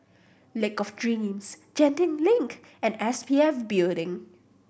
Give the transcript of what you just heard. Lake of Dreams Genting Link and S P F Building